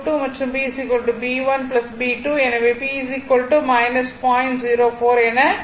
22 மற்றும் b b1 b2 எனவே b 0